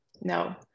no